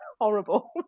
horrible